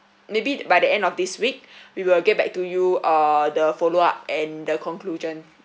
maybe by the end of this week we will get back to you uh the follow up and the conclusion